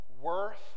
worth